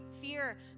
fear